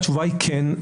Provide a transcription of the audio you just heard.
התשובה היא כן,